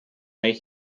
mig